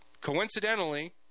coincidentally